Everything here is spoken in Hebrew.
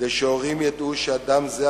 כדי שהורים ידעו שאדם זה,